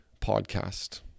podcast